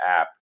app